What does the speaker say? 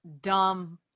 dumb